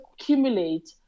accumulate